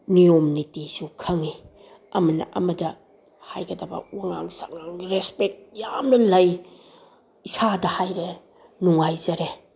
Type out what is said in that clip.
ꯅꯤꯌꯣꯝ ꯅꯤꯇꯤꯁꯨ ꯈꯪꯏ ꯑꯃꯅ ꯑꯃꯗ ꯍꯥꯏꯒꯗꯕ ꯋꯥꯉꯥꯡ ꯁꯥꯉꯥꯡ ꯔꯦꯁꯄꯦꯛ ꯌꯥꯝꯅ ꯂꯩ ꯏꯁꯥꯗ ꯍꯥꯏꯔꯦ ꯅꯨꯡꯉꯥꯏꯖꯔꯦ